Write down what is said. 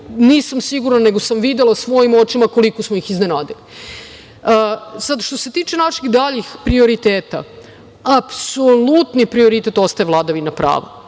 nisam sigurna, nego sam videla svojim očima koliko smo ih iznenadili. Što se tiče naših daljih prioriteta, apsolutni prioritet ostaje vladavina prava.